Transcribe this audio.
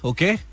Okay